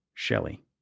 Shelley